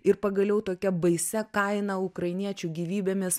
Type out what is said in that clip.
ir pagaliau tokia baisia kaina ukrainiečių gyvybėmis